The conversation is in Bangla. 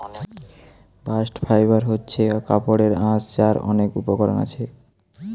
বাস্ট ফাইবার হচ্ছে কাপড়ের আঁশ যার অনেক উপকরণ আছে